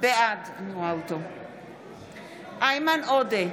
בעד איימן עודה,